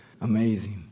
Amazing